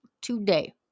today